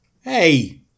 Hey